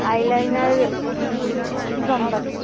eyeliner কী কম্পানির